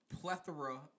plethora